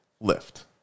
lift